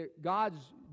God's